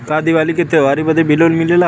का दिवाली का त्योहारी बदे भी लोन मिलेला?